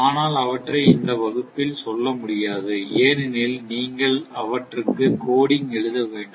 ஆனால் அவற்றை இந்த வகுப்பில் சொல்ல முடியாது ஏனெனில் நீங்கள் அவற்றுக்கு கோடிங் எழுத வேண்டும்